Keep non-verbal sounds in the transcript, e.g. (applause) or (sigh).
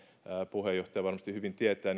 puheenjohtaja varmasti hyvin tietää (unintelligible)